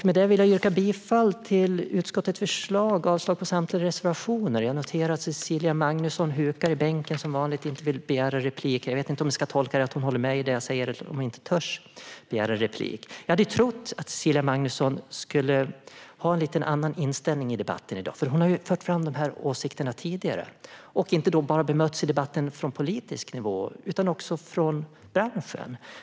Med detta vill jag yrka bifall till utskottets förslag och avslag på samtliga reservationer. Jag noterar att Cecilia Magnusson hukar i bänken som vanligt och inte vill begära replik. Jag vet inte om vi ska tolka det som att hon håller med om det jag säger eller att hon inte törs begära replik. Jag hade trott att Cecilia Magnusson skulle ha en lite annan inställning i debatten i dag. Hon har fört fram dessa åsikter tidigare och då bemötts i debatten inte bara på politisk nivå utan också från branschen.